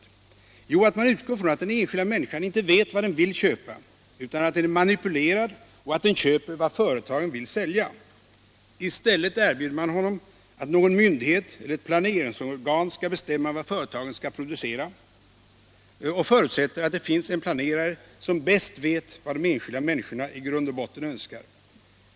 Jo, det innebär att man utgår från att den enskilda människan inte vet vad hon vill köpa, utan att hon är manipulerad och köper vad företagen vill sälja. I stället erbjuder man vederbörande att någon myndighet eller ett planeringsorgan skall bestämma vad företagen skall producera och förutsätter att det finns en planerare som bäst vet vad de enskilda människorna i grund och botten önskar.